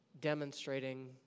demonstrating